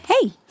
hey